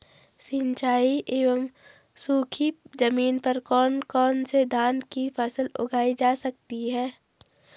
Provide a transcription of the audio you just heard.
सिंचाई एवं सूखी जमीन पर कौन कौन से धान की फसल उगाई जा सकती है?